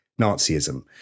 Nazism